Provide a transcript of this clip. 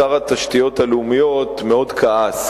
שר התשתיות הלאומיות מאוד כעס,